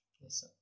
Yes